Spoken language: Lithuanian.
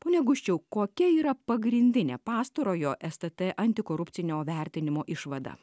pone guščiau kokia yra pagrindinė pastarojo stt antikorupcinio vertinimo išvada